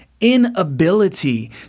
inability